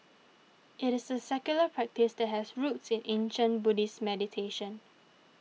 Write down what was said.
it is a secular practice that has roots in ancient Buddhist meditation